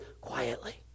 quietly